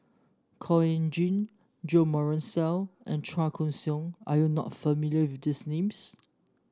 Khor Ean Ghee Jo Marion Seow and Chua Koon Siong are you not familiar with these names